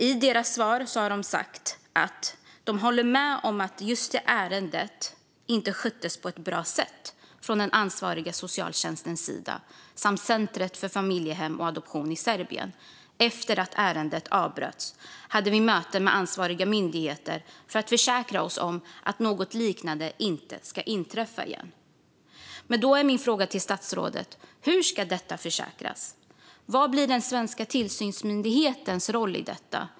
I svaret har man sagt att man håller med om att just detta ärende inte sköttes på ett bra sätt från den ansvariga socialtjänstens sida eller av centret för familjehem och adoption i Serbien. Efter att ärendet avbröts hade man möten med ansvariga myndigheter för att försäkra sig om att något liknande inte ska inträffa igen. Då är min fråga till statsrådet: Hur ska detta försäkras? Vad blir den svenska tillsynsmyndighetens roll i detta?